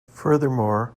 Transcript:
furthermore